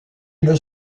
une